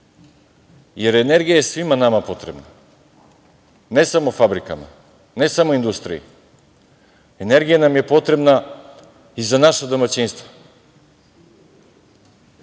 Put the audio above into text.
Jer, energija je svima nama potrebna, ne samo fabrikama, ne samo industriji. Energija nam je potrebna i za naša domaćinstva. Tu